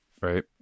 Right